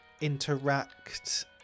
interact